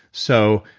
so,